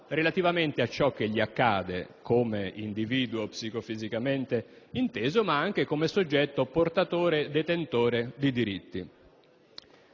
relativamente a ciò che loro accade come individui psicofisicamente intesi, ma anche come soggetti detentori di diritti.